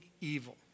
evil